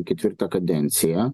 ketvirtą kadenciją